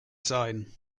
sein